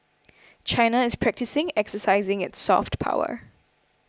China is practising exercising its soft power